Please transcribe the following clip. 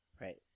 Right